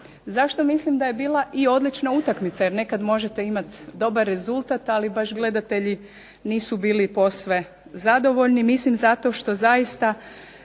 Zašto mislim da je bila i odlična utakmica? Jer nekad možete imat dobar rezultat ali baš gledatelji nisu bili posve zadovoljni. Mislim zato što zaista